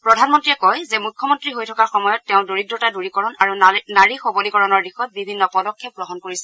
প্ৰধানমন্ত্ৰী কয় যে মুখ্যমন্ত্ৰী হৈ থকা সময়ত তেওঁ দৰিদ্ৰতা দূৰীকৰণ আৰু নাৰী সবলীকৰণৰ দিশত বিভিন্ন পদক্ষেপ গ্ৰহণ কৰিছিল